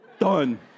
done